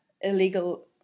illegal